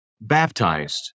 baptized